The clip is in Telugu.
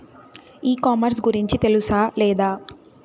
ఈ కామర్స్ గురించి తెలుసా లేదా?